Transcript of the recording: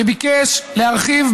שביקש להרחיב,